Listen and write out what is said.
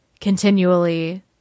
continually